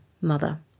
mother